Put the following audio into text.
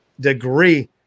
degree